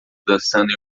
dançando